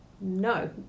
no